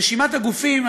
רשימת הגופים,